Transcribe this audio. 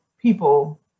people